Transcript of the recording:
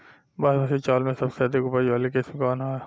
बासमती चावल में सबसे अधिक उपज वाली किस्म कौन है?